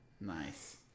Nice